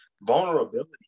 Vulnerability